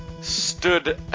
Stood